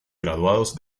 graduados